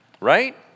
Right